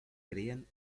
creen